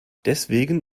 deswegen